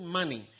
money